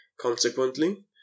Consequently